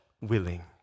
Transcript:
willing